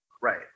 Right